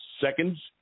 seconds